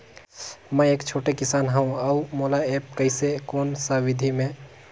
मै एक छोटे किसान हव अउ मोला एप्प कइसे कोन सा विधी मे?